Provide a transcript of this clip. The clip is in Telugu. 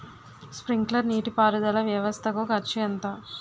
స్ప్రింక్లర్ నీటిపారుదల వ్వవస్థ కు ఖర్చు ఎంత?